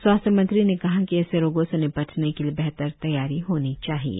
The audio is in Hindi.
सवासथय मंत्री ने कहा कि ऐसे रोगों से निपटने के लिए बेहतर तैयारी होनी चाहिये